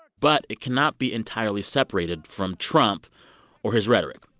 but it cannot be entirely separated from trump or his rhetoric.